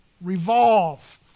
revolve